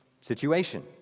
situation